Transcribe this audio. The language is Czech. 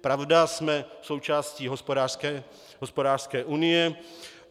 Pravda, jsme součástí hospodářské unie